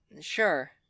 sure